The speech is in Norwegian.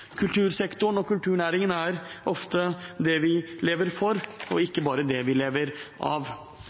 Kultursektoren og kulturnæringen er ofte det vi lever for, ikke bare det vi lever av.